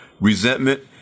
resentment